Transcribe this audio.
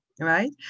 right